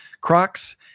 Crocs